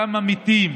כמה מתים.